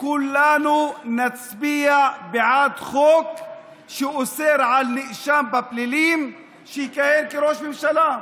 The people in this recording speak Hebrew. כולנו נצביע בעד חוק שאוסר על נאשם בפלילים לכהן כראש ממשלה.